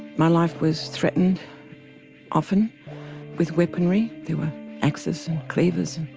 my life was threatened often with weaponry, there were axes and cleavers.